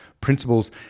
principles